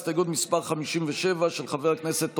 הסתייגות מס' 57, של חבר הכנסת טופורובסקי.